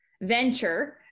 venture